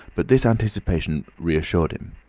but this anticipation reassured him.